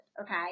okay